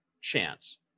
chance